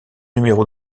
numéro